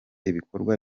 ibikorwa